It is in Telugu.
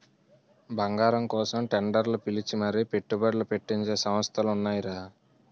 బంగారం కోసం టెండర్లు పిలిచి మరీ పెట్టుబడ్లు పెట్టించే సంస్థలు ఉన్నాయిరా